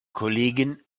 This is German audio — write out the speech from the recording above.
kollegen